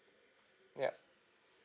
yeah